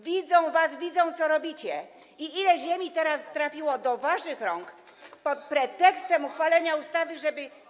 Widzą was i widzą, co robicie i ile ziemi teraz trafiło do waszych rąk pod pretekstem potrzeby uchwalenia ustawy, żeby.